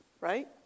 right